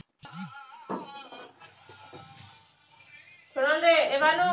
जैविक खेती से लाभ होई का?